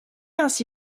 ainsi